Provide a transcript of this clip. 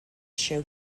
show